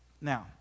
Now